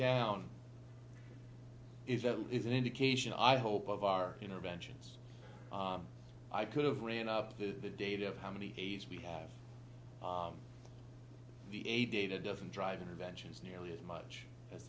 down is that it is an indication i hope of our interventions i could've ran up the data of how many days we have a data doesn't drive interventions nearly as much